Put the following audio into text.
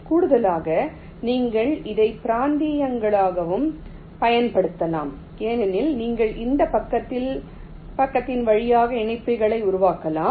கூடுதலாக நீங்கள் இதை பிராந்தியங்களாகவும் பயன்படுத்தலாம் ஏனெனில் நீங்கள் இந்த பக்கத்தின் வழியாக இணைப்புகளை உருவாக்கலாம்